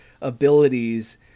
abilities